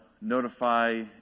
notify